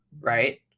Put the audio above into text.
right